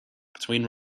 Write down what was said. between